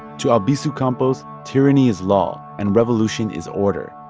to albizu campos, tyranny is law and revolution is order,